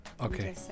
okay